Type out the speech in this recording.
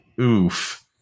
Oof